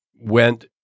went –